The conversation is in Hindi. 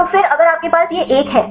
तो और फिर अगर आपके पास यह एक है